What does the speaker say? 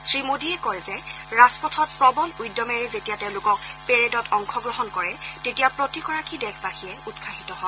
শ্ৰীমোদীয়ে কয় যে ৰাজপথত প্ৰবল উদ্যমেৰে যেতিয়া তেওঁলোকে পেৰেডত অংশগ্ৰহণ কৰে তেতিয়া প্ৰতিগৰাকী দেশবাসীয়ে উৎসাহিত হয়